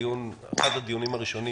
אחד הדיונים הראשונים